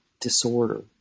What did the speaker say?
disorder